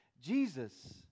Jesus